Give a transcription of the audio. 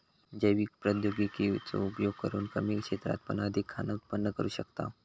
जैव प्रौद्योगिकी चो उपयोग करून कमी क्षेत्रात पण अधिक खाना उत्पन्न करू शकताव